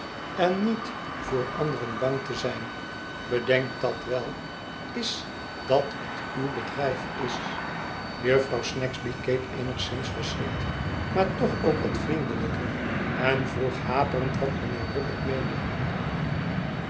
en niet voor anderen bang te zijn bedenk dat wel is dat het uw bedrijf is jufvrouw snagsby keek eenigszins verschrikt maar toch ook wat vriendelijker en vroeg haperend wat mijnheer bucket meende